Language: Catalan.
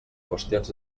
qüestions